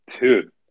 Dude